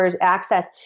access